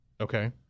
Okay